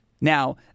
Now